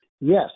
Yes